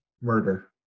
Murder